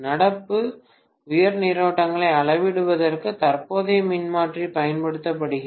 நடப்பு உயர் நீரோட்டங்களை அளவிடுவதற்கு தற்போதைய மின்மாற்றி பயன்படுத்தப்படுகிறது